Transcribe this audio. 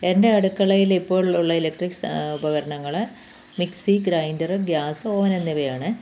എൻ്റെ അടുക്കളയിലിപ്പോഴുള്ള ഇലക്ട്രിക് സാ ഉപകരണങ്ങൾ മിക്സി ഗ്രൈന്റർ ഗ്യാസ് ഓവനെന്നിവയാണ്